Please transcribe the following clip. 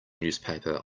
newspaper